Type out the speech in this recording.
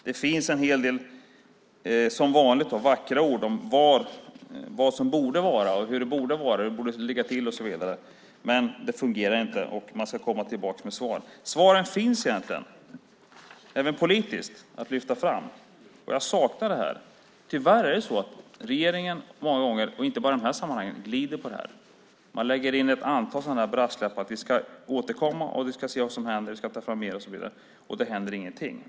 Det finns en hel del, som vanligt, vackra ord om vad som borde vara, hur det borde vara och hur det borde ligga till. Men det fungerar inte. Man ska komma tillbaka med svar. Men svaren finns egentligen även politiskt att lyfta fram. Jag saknar detta. Tyvärr glider regeringen många gånger, inte bara i det här sammanhanget. Man lägger ett antal brasklappar om att man ska återkomma och se vad som händer, och det händer ingenting.